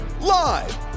live